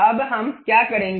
अब हम क्या करेंगे